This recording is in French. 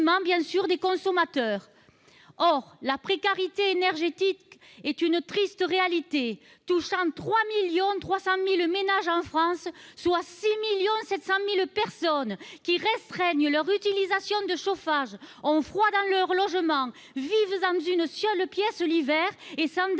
bien sûr, des consommateurs. Or la précarité énergétique est une triste réalité. Elle touche 3,3 millions de ménages en France, soit 6,7 millions de personnes qui restreignent leur utilisation de chauffage, ont froid dans leur logement, vivent dans une seule pièce l'hiver et s'endettent